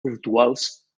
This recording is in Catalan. virtuals